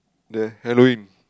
the Halloween